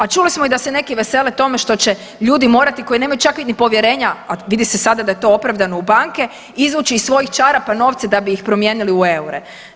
A čuli smo i da se neki vesele tome što će ljudi morati koji nemaju čak ni povjerenja, a vidi se da je sada to opravdano banke, izvući iz svojih čarapa novce da bi ih promijenili u eure.